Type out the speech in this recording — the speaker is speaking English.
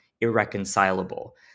irreconcilable